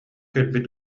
кэлбит